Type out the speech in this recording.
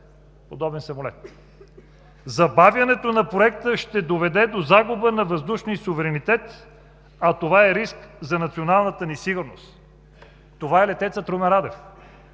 подобен самолет. Забавянето на проекта ще доведе до загуба на въздушния ни суверенитет, а това е риск за националната ни сигурност“. Това е летецът Румен Радев.